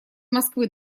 москвы